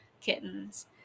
kittens